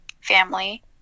family